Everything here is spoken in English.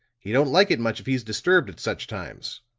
he don't like it much if he's disturbed at such times.